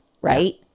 right